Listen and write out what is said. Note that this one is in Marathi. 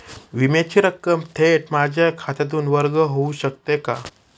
विम्याची रक्कम थेट माझ्या खात्यातून वर्ग होऊ शकते का?